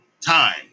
time